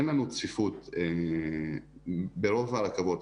אין לנו צפיפות ברוב הרכבות,